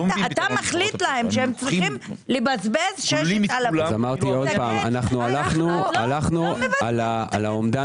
אתה מחליט להם שהם צריכים לבזבז 6,000. הלכנו על האומדן